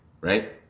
right